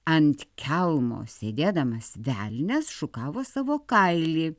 ant kelmo sėdėdamas velnias šukavo savo kailį